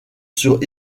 sur